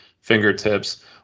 fingertips